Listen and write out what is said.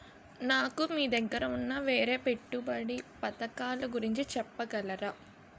నాకు మీ దగ్గర ఉన్న వేరే పెట్టుబడి పథకాలుగురించి చెప్పగలరా?